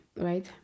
right